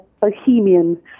bohemian